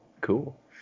Cool